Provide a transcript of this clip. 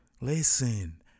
Listen